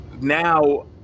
now